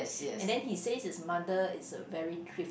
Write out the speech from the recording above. and then he says his mother is a very thrift